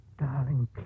Darling